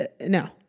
No